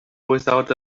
without